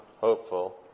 hopeful